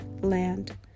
land